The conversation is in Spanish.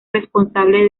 responsable